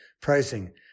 pricing